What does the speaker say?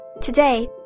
Today